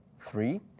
Three